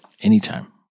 anytime